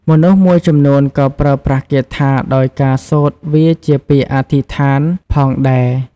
មនុស្សមួយចំនួនក៏ប្រើប្រាស់គាថាដោយការសូត្រវាជាពាក្យអធិស្ឋានផងដែរ។